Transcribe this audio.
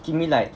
give me like